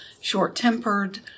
short-tempered